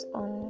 on